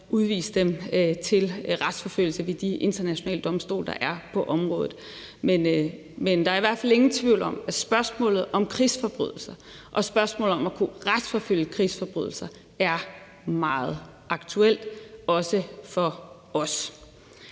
udvise dem til retsforfølgelse ved de internationale domstole, der er på området. Men der er i hvert fald ingen tvivl om, at spørgsmålet om krigsforbrydelser og spørgsmålet om at kunne retsforfølge krigsforbrydelser er meget aktuelt, også for os.